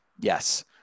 Yes